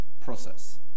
process